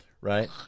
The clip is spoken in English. right